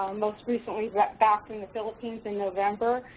um most recently back in the philippines in november,